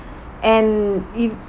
and if